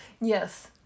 Yes